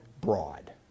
broad